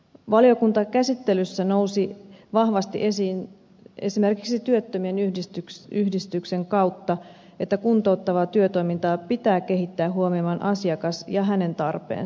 valiokuntakäsittelyssä nousi vahvasti esiin esimerkiksi työttömien yhdistyksen kautta että kuntouttavaa työtoimintaa pitää kehittää huomioimaan asiakas ja hänen tarpeensa